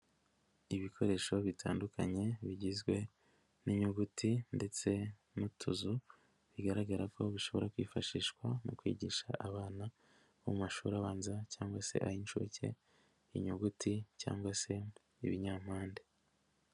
Ibikoresho bitandukanye bigizwe n'inyuguti ndetse n'utuzu, bigaragara ko bishobora kwifashishwa mu kwigisha abana bo mu mashuri abanza cyangwa se ay'inshuke, inyuguti cyangwa se ibinyampande.